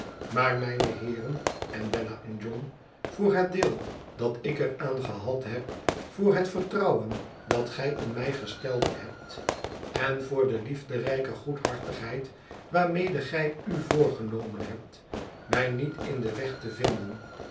maar mijne heeren en bella en john voor het deel dat ik er aan gehad heb voor het vertrouwen dat eij in mij gesteld hebt en voor de liefderijke goedhartigheid wa rmede gij u voorgenomen hebt mij niet in den weg te vinden